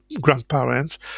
grandparents